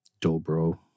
Dobro